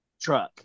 truck